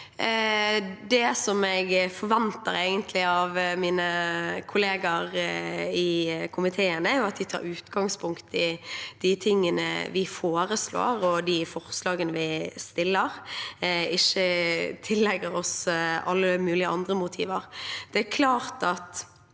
egentlig forventer av mine kollegaer i komiteen, er at de tar utgangspunkt i det vi foreslår, og de forslagene vi fremmer, og ikke tillegger oss alle mulige andre motiver.